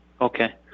Okay